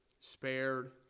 spared